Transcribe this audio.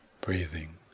breathing